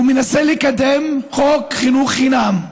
הוא מנסה לקדם חוק חינוך חינם.